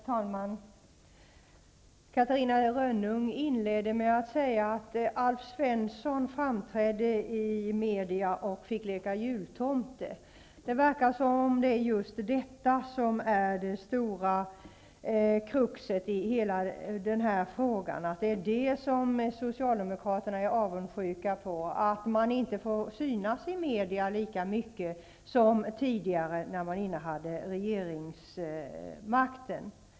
Herr talman! Catarina Rönnung inledde med att säga att Alf Svensson framträdde i media och fick leka jultomte. Det verkar som om det är just detta som är det stora kruxet i hela den här frågan; socialdemokraterna är avundsjuka för att de inte får synas i media lika mycket som när man innehade regeringsmakten.